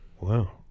wow